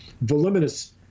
voluminous